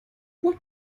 what